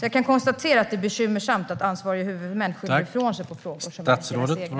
Jag konstaterar att det är bekymmersamt att ansvariga huvudmän skjuter ifrån sig frågor som är deras egna.